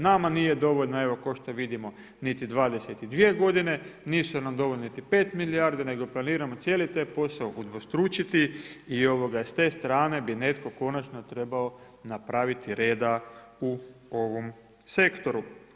Nama nije dovoljna evo kao što vidimo niti 22 godine, nisu nam dovoljne niti 5 milijarde nego planiramo cijeli taj posao udvostručiti i s te strane bi netko konačno treba napraviti reda u ovom sektoru.